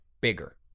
bigger